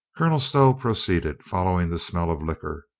colonel stow proceeded, following the smell of liquor.